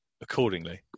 accordingly